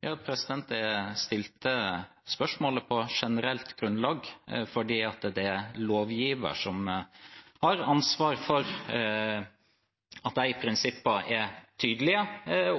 Jeg stilte spørsmålet på generelt grunnlag, for det er lovgiver som har ansvar for at de prinsippene er tydelige,